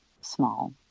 small